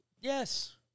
Yes